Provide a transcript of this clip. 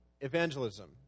evangelism